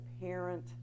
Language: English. parent